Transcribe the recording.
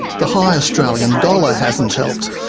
the high australian dollar hasn't helped,